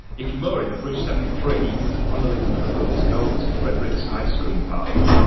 if you're mooring at bridge seventy three on the leeds and liverpool to go up to frederick's ice cream parlour,